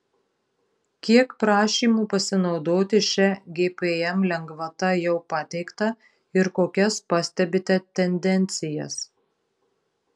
kiek prašymų pasinaudoti šia gpm lengvata jau pateikta ir kokias pastebite tendencijas